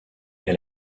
est